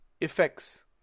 effects